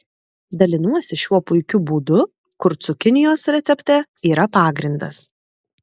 dalinuosi šiuo puikiu būdu kur cukinijos recepte yra pagrindas